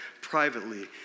privately